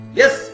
Yes